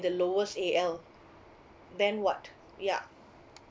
the lowest A_L then what yeah